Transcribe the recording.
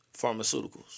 Pharmaceuticals